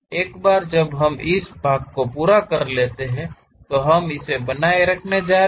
एक बार जब हम इस भाग को पूरा कर लेते हैं तो हम इसे बनाए रखने जा रहे हैं